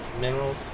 Minerals